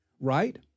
right